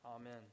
Amen